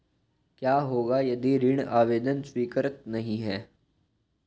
क्या होगा यदि ऋण आवेदन स्वीकृत नहीं है?